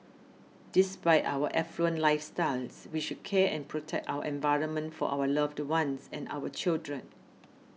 despite our affluent lifestyles we should care and protect our environment for our loved ones and our children